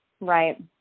Right